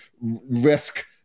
risk